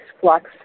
flux